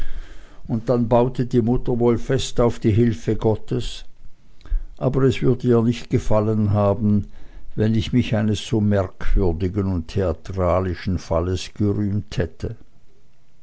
und dann baute die mutter wohl fest auf die hilfe gottes aber es würde ihr nicht gefallen haben wenn ich mich eines so merkwürdigen und theatralischen falles gerühmt hätte